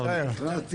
התקבל.